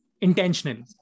Intentionally